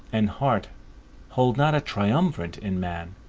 and heart hold not a triumvirate in man,